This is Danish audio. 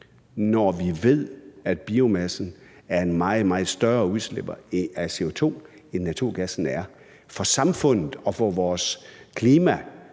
når vi ved, at biomassen har et meget, meget større udslip af CO2 end naturgassen. For samfundet og for vores klima